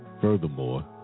Furthermore